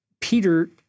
Peter